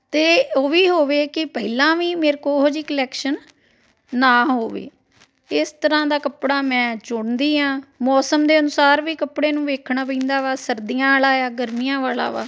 ਅਤੇ ਉਹ ਵੀ ਹੋਵੇ ਕਿ ਪਹਿਲਾਂ ਵੀ ਮੇਰੇ ਕੋਲ ਉਹੋ ਜਿਹੀ ਕਲੈਕਸ਼ਨ ਨਾ ਹੋਵੇ ਇਸ ਤਰ੍ਹਾਂ ਦਾ ਕੱਪੜਾ ਮੈਂ ਚੁਣਦੀ ਹਾਂ ਮੌਸਮ ਦੇ ਅਨੁਸਾਰ ਵੀ ਕੱਪੜੇ ਨੂੰ ਵੇਖਣਾ ਪੈਂਦਾ ਵਾ ਸਰਦੀਆਂ ਵਾਲਾ ਆ ਗਰਮੀਆਂ ਵਾਲਾ ਵਾ